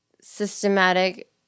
systematic